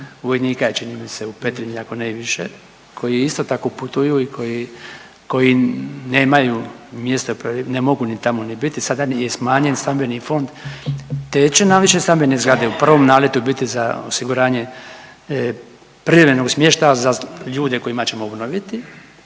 vojnika je čini mi se u Petrinji, ako ne i više koji isto tako putuju i koji, koji nemaju mjesta, ne mogu ni tamo ni biti, sada je smanjen stambeni fond, te će višestambene zgrade u prvom naletu biti za osiguranje privremenog smještaja za ljude kojima ćemo obnoviti,